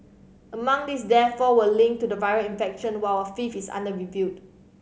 among these death four were linked to the viral infection while a fifth is under reviewed